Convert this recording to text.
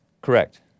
Correct